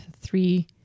three